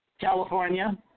California